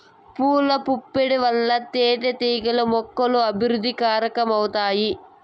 పూల పుప్పొడి వల్ల తేనెటీగలు మొక్కల అభివృద్ధికి కారణమవుతాయి